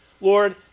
Lord